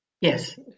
Yes